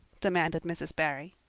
demanded mrs. barry.